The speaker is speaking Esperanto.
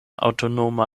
aŭtonoma